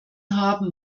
haben